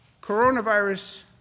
coronavirus